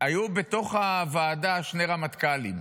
היו בתוך הוועדה שני רמטכ"לים,